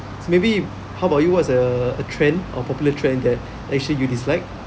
so maybe how about you what's the trend or popular trend that actually you dislike